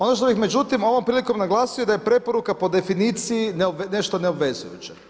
Ono što bih međutim, ovom prilikom naglasio da je preporuka po definiciji nešto neobvezujuće.